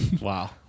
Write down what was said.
Wow